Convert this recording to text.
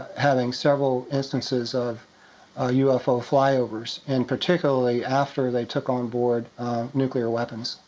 having several instances of ufo flyovers and particularly after they took on board nuclear weapons.